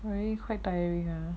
really quite tiring